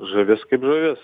žuvis kaip žuvis